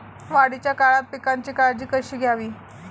वाढीच्या काळात पिकांची काळजी कशी घ्यावी?